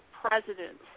president